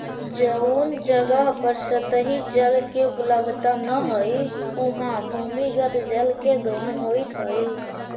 जउन जगह पर सतही जल के उपलब्धता न हई, उहाँ भूमिगत जल के दोहन होइत हई